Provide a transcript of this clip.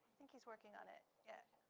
think he's working on it, yes.